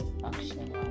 functioning